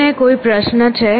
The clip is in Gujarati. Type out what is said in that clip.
કોઈ ને કોઈ પ્રશ્ન છે